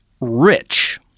rich